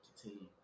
continue